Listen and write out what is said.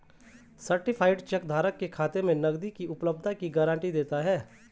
certified cheque धारक के खाते में नकदी की उपलब्धता की गारंटी देता है